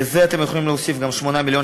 לזה אתם יכולים להוסיף גם 8 מיליון